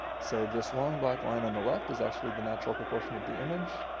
so this long black line on the left is actually the natural proportion of the image.